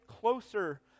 closer